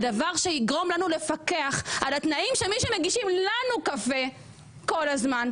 הדבר שיגרום לנו לפקח על התנאים של מי שמגישים לנו קפה כל הזמן,